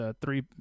three